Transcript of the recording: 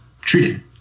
treating